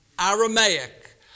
Aramaic